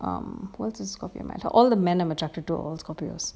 um what is scorpio matter all the man are attracted to all scorpios